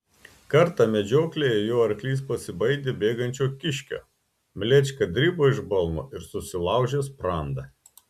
kartą medžioklėje jo arklys pasibaidė bėgančio kiškio mlečka dribo iš balno ir susilaužė sprandą